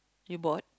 you bought